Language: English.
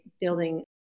building